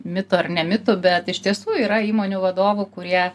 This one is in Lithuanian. mitų ar ne mitų bet iš tiesų yra įmonių vadovų kurie